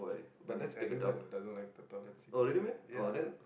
but that's everyone does not like the toilet sit to be wet ya